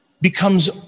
becomes